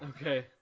okay